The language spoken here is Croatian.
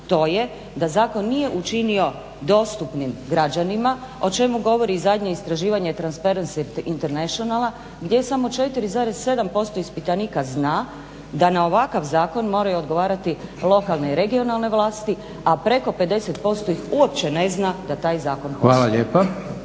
to je da zakon nije učinio dostupnim građanima o čemu govori i zadnje istraživanje Transparency Internationala gdje samo 4,7% ispitanika zna da na ovakav zakon moraju odgovarati lokalne i regionalne vlasti, a preko 50% ih uopće ne zna da taj zakon postoji.